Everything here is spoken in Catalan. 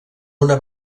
una